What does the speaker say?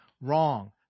Wrong